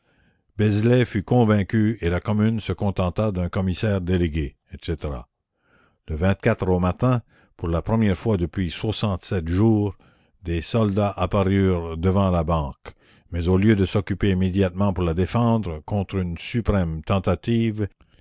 beslay fut convaincu et la commune se contenta d'un commissaire délégué etc e au matin pour la première fois depuis soixantesept jours des soldats apparurent devant la banque mais au lieu de s'occuper immédiatement pour la défendre contre une suprême tentative